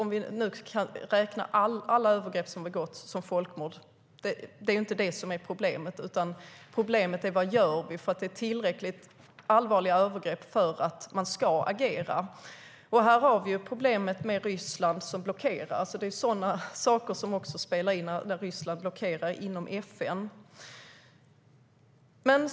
Om vi kan räkna alla de övergrepp som har begåtts som folkmord eller inte är inte det som är problemet, utan problemet är vad vi gör. Det är nämligen tillräckligt allvarliga övergrepp för att man ska agera. Här har vi problemet med Ryssland som blockerar. Det är sådana saker som också spelar in, alltså när Ryssland blockerar inom FN.